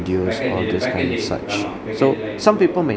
such so some people may